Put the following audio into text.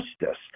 justice